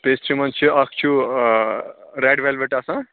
pastry منٛز چھِ اَکھ چھُ ریڈ وٮ۪لوِٹ آسان